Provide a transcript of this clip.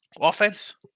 Offense